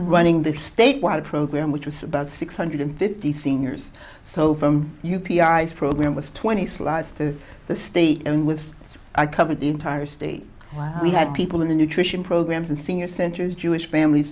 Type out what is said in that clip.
running the state while program which was about six hundred fifty seniors so from u p i s program was twenty slides to the state and was i covered the entire state we had people in the nutrition programs and senior centers jewish family